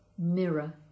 mirror